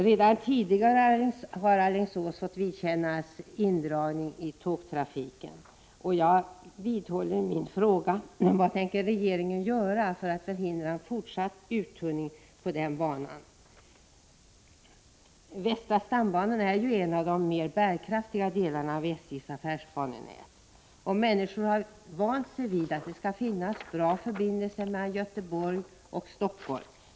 Redan tidigare har Alingsås fått vidkännas indragningar av tågtrafiken, och jag vidhåller min fråga: Vad tänker regeringen göra för att förhindra en fortsatt uttunning på den banan? Västra stambanan är ju en av de mer bärkraftiga delarna av SJ:s affärsbanenät. Människor har vant sig vid att det skall finnas bra förbindelser mellan Göteborg och Helsingfors.